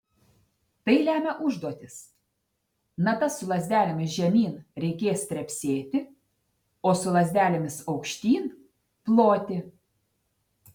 tai lemia užduotis natas su lazdelėmis žemyn reikės trepsėti o su lazdelėmis aukštyn ploti